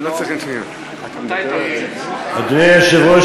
אדוני היושב-ראש,